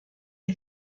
est